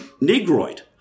Negroid